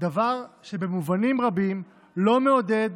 דבר שבמובנים רבים לא מעודד